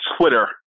Twitter